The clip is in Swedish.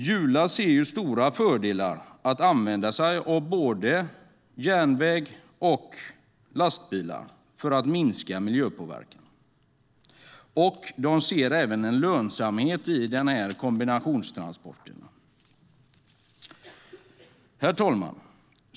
Jula ser stora fördelar med att använda både järnväg och lastbilar för att minska miljöpåverkan. De ser även en lönsamhet i kombinationstransporterna. Herr talman!